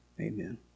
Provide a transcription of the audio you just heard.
Amen